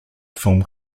film